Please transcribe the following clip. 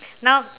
now